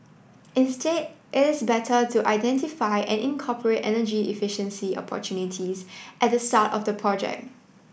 instead it is better to identify and incorporate energy efficiency opportunities at the start of the project